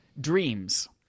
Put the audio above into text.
Dreams